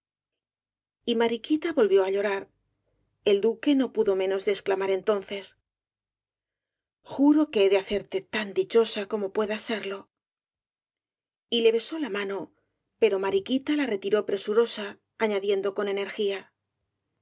y mariquita volvió á llorar el duque no pudo menos de exclamar entonces juro que he de hacerte tan dichosa como puedas serlo y le besó la mano pero mariquita la retiró presurosa añadiendo con energía